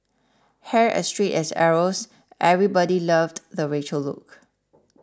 hair as straight as arrows everybody loved the Rachel look